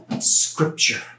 scripture